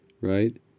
Right